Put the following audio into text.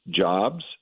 jobs